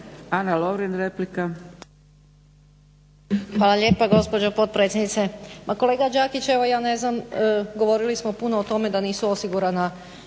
**Lovrin, Ana (HDZ)** Hvala lijepa gospođo potpredsjednice. Pa kolega Đakić, evo ja ne znam govorili smo puno o tome da nisu osigurana